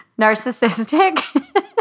narcissistic